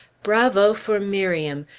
bravo for miriam!